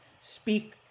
speak